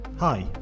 Hi